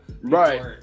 right